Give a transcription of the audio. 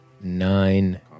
nine